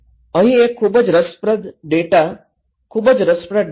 અહીં એક ખૂબ જ રસપ્રદ ડેટા ખૂબ જ રસપ્રદ ડેટા